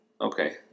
okay